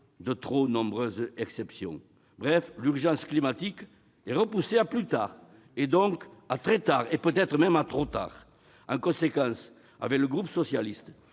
de trop nombreuses exceptions. Bref, l'urgence climatique est remise à plus tard, donc à très tard, peut-être même à trop tard. C'est pourquoi le groupe socialiste